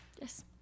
Yes